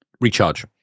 Recharge